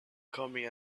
coming